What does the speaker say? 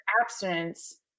abstinence